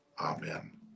Amen